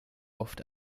oft